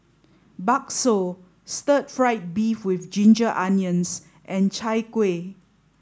Bakso Stir Fried Beef With Ginger Onions and Chai Kueh